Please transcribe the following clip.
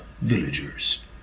villagers